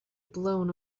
blown